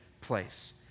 place